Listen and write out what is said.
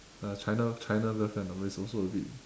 a china china girlfriend which is also a bit